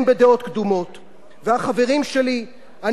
והחברים שלי, אני אפילו גם חושש מהם.